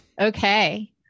Okay